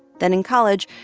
then in college,